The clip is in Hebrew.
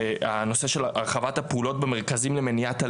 הנושא של הרחבת הפעולות במרכזים למניעת אלימות,